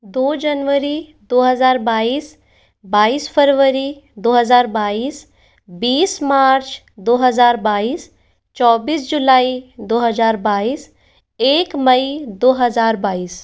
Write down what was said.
दो जनवरी दो हज़ार बाईस बाईस फ़रवरी दो हज़ार बाईस बीस मार्च दो हज़ार बाईस चौबीस जुलाई दो हजार बाईस एक मई दो हजार बाईस